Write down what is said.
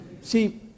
See